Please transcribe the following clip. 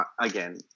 again